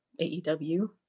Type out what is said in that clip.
AEW